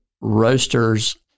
roasters